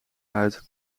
uit